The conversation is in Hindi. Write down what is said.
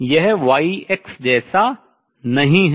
यह Y X जैसा नहीं है